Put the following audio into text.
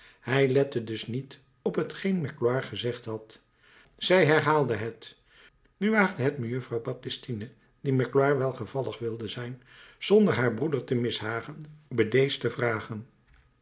hij lette dus niet op t geen magloire gezegd had zij herhaalde het nu waagde het mejuffrouw baptistine die magloire welgevallig wilde zijn zonder haar broeder te mishagen bedeesd te vragen